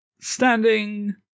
standing